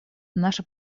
наше